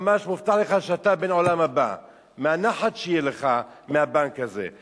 ממש מובטח לך שאתה בן העולם הבא מהנחת שתהיה לך מהבנק הזה.